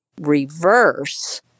reverse